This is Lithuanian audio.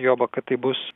joba kad tai bus